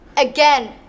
Again